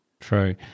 True